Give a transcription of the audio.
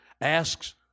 asks